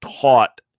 taught